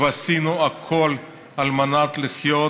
ועשינו הכול על מנת לחיות